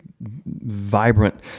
vibrant